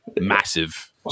massive